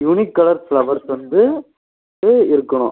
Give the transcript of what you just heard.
unique colour flowers வந்து கு இருக்கணும்